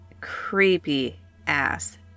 creepy-ass